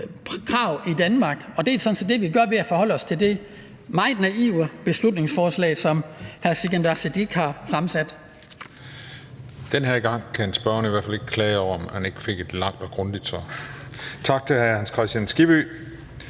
krav i Danmark, og det er sådan set det, vi gør ved at forholde os til det meget naive beslutningsforslag, som hr. Sikandar Siddique m.fl. har fremsat.